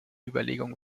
überlegung